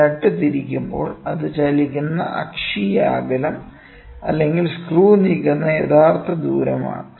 ഈ നട്ട് തിരിക്കുമ്പോൾ അത് ചലിക്കുന്ന അക്ഷീയ അകലം അല്ലെങ്കിൽ സ്ക്രൂ നീക്കുന്ന യഥാർത്ഥ ദൂരമാണ്